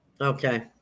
Okay